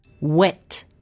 Wet